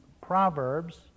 Proverbs